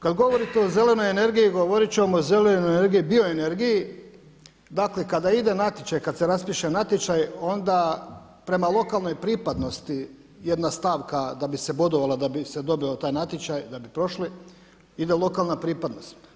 Kada govorite o zelenoj energiji, govorit ćemo o zelenoj energiji, bioenergiji, dakle kada ide natječaj kada se raspiše natječaj onda prema lokalnoj pripadnosti jedna stavka da bi se bodovala da bi se bodovao taj natječaj da bi prošli, ide lokalna pripadnost.